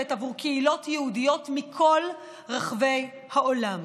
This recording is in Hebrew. בעבור קהילות יהודיות מכל רחבי העולם.